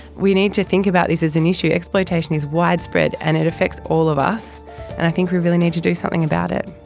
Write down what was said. we need to think about this as an issue. exploitation is widespread and it affects all of us, and i think we really need to do something about it.